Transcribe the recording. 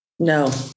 No